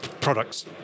products